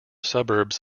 suburbs